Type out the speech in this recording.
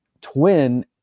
Twin